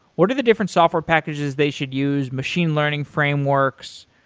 what are the different software packages they should use, machine learning frameworks?